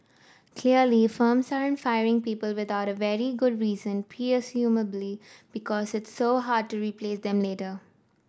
clearly firms aren't firing people without a very good reason presumably because it's so hard to replace them later